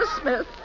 Smith